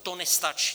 To nestačí.